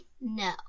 No